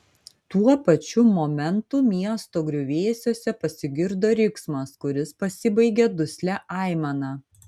tuo pačiu momentu miesto griuvėsiuose pasigirdo riksmas kuris pasibaigė duslia aimana